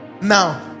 now